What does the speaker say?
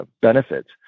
benefits